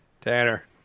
Tanner